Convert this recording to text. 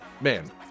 man